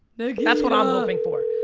that's what i'm hoping for.